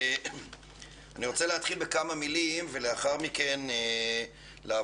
אני רוצה להתחיל בכמה מילים ולאחר מכן לעבור